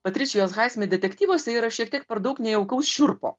patrišijos haismit detektyvuose yra šiek tiek per daug nejaukaus šiurpo